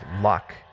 luck